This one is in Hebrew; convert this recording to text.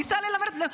ניסה ללמד אותו,